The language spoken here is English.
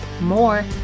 more